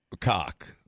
cock